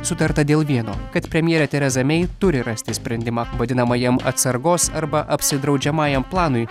sutarta dėl vieno kad premjerė tereza mei turi rasti sprendimą vadinamajam atsargos arba apsidraudžiamajam planui